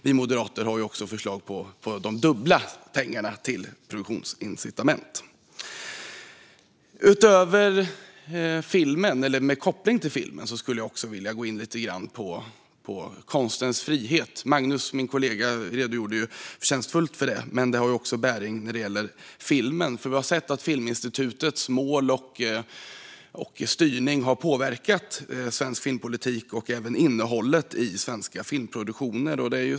Vi moderater har också föreslagit dubbelt så mycket pengar till produktionsincitament. Min kollega Magnus redogjorde förtjänstfullt för konstens frihet, och detta har också bäring på film. Filminstitutets mål och styrning har ju påverkat svensk filmpolitik och även innehållet i svenska filmproduktioner.